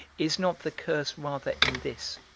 is not the curse rather in this,